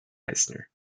eisner